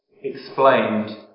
explained